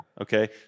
Okay